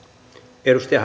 arvoisa